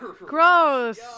Gross